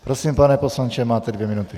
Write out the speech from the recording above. Prosím, pane poslanče, máte dvě minuty.